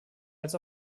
als